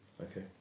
Okay